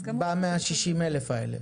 אז כמובן --- באותם 160,000 האלה,